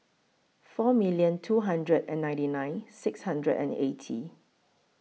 four million two hundred and ninety nine six hundred and eighty